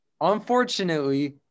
unfortunately